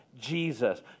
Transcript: Jesus